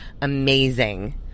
amazing